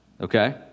Okay